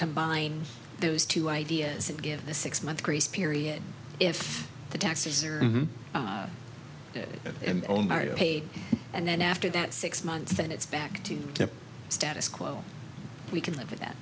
combine those two ideas and give the six month grace period if the taxes and only paid and then after that six months then it's back to the status quo we can live with that